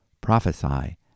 Prophesy